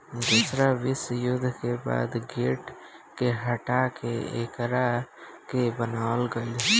दूसरा विश्व युद्ध के बाद गेट के हटा के एकरा के बनावल गईल